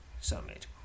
summit